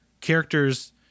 characters